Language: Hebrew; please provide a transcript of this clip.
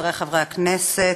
חברי חברי הכנסת,